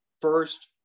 first